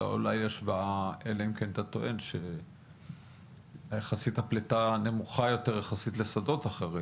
אלא אם כן אתה טוען שהפליטה נמוכה יותר יחסית לשדות אחרים,